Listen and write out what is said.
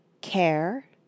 Care